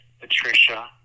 Patricia